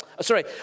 sorry